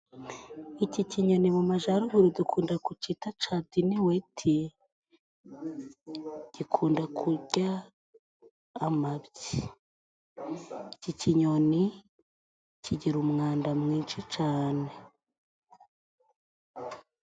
Iki kinyoni mu mumajaruguru dukunda gucita cadiniwiti, gikunda kurya amabyi. Iki kinyoni kigira umwanda mwinshi cyane.